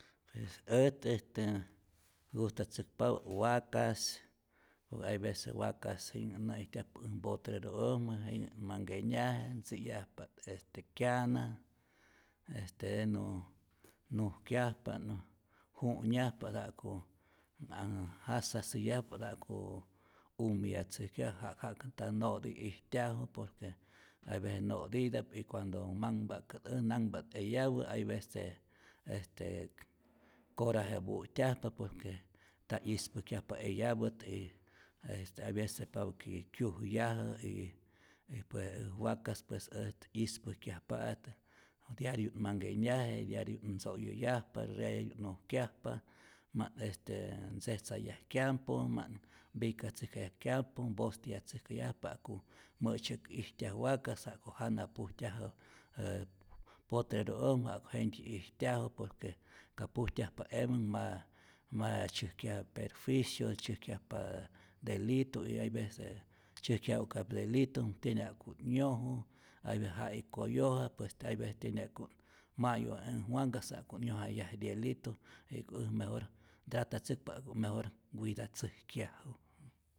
Ät este gustatzäkpapä't wakas, hay veces wakas jinhä't nä'ijtyajpa äj mprotreru'ojmä, jinhä't ma nkenyaje, ntziyajpa't jetä kyana, este jenä nujkyajpa't, ju'nyajpa't ja'ku jas jasäyajpa't ja'ku umillatzäjkyaju, ja'k ja'k nta no'ti ijtyaju, por que hay veces no'tita'p y cuando manhpa'kät äj nanhpa't eyapä, hay vece este coraje gutyajpa por que nta 'yispäjkyajpa eyapät, y hay vece papäki kyujyajä y pues wakas pues ät 'yispäjkyajpa'at, ät diarut ma nkenyaje, diuarut ma ntzo'yäyajpa, jenät nujkyajpa, ma't este ntzejtzayaj kyampo, ma't mpikatzäjkayaj kyiampo, mpostyiatzäjkayajpa't ja'ku mä'tzyak ijtyakj wakas, ja'ku jana pujtyajä je potreru'ojmä, ja'ku jentyi ijtyaju, por que ka pujtyajpa emäk ma ma tzyäjkyaje perjuicio, tzyäjkyajpa delito y hay vece tzyäjkyaju'kap delito tiene ja'kut yoju, hay vece ja i koyoja hay vece tiene que ja'ku't ma'yu je äj wanhkas ja'ku't yojayaj dyelito, jiko ät mejor ntratatzäkpa't ja'ku mejor cuidatzäjkyaju.